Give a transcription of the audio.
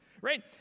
right